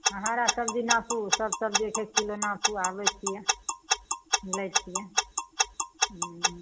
हरा सब्जी नापू सब सब्जी एक एक किलो नापू आबै छियै लै छियै हूँ